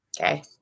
Okay